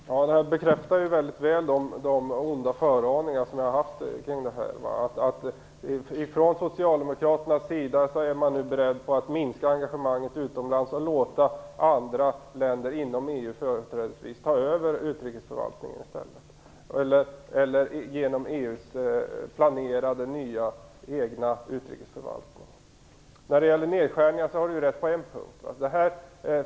Fru talman! Det bekräftar väldigt väl de onda föraningar jag har haft. Från socialdemokraternas sida är man nu beredd att minska engagemanget utomlands och i stället låta andra länder, företrädesvis inom EU, eller EU:s egen planerade utrikesförvaltning ta över utrikesförvaltningen. När det gäller nedskärningar har Viola Furubjelke rätt på en punkt.